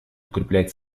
укреплять